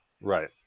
Right